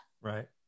Right